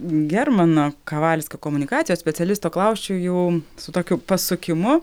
germano kavalskio komunikacijos specialisto klausčiau jau su tokiu pasukimu